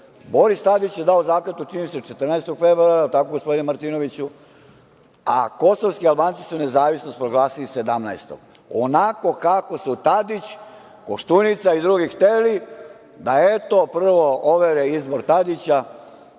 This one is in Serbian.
Boris Tadić je dao zakletvu, čini mi se, 14. februara, je li tako, gospodine Martinoviću, a kosovski Albanci su nezavisnost proglasili 17. Onako kako su Tadić, Koštunica i drugi hteli da, eto, prvo overe izbor Tadića,